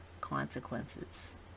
consequences